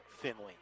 Finley